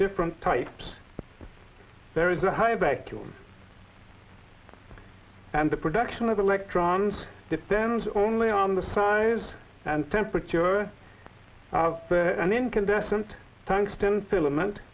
different types there is a high bacula and the production of electrons depends only on the size and temperature of an incandescent